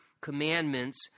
commandments